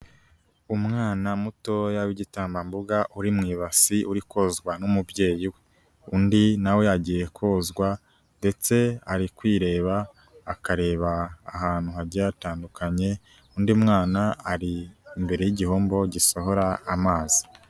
Umwana mutoya w'igitambambuga uri mu ibasi, uri kozwa n'umubyeyi we. Undi na we agiye kozwa ,ndetse ari kwireba akareba ahantu hagiye hatandukanye, undi mwana ari imbere y'igihombo gisohora amazi.